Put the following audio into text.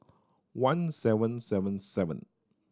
one seven seven seven